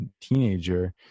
teenager